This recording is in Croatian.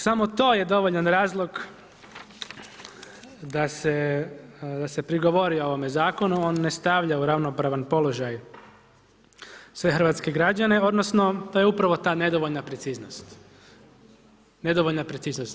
Samo to je dovoljan razlog da se prigovori ovome zakonu, on ne stavlja u ravnopravan položaj sve hrvatske građane odnosno to je upravo ta nedovoljna preciznost.